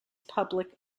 public